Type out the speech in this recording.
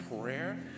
prayer